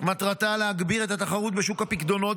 מטרתה היא להגביר את התחרות בשוק הפיקדונות